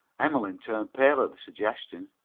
emmeline turned pale at the suggestion.